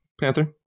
Panther